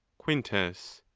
quintus.